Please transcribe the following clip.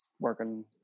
working